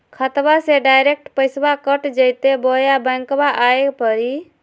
खाताबा से डायरेक्ट पैसबा कट जयते बोया बंकबा आए परी?